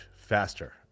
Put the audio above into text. faster